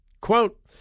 Quote